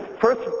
first